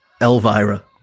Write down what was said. Elvira